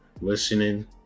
listening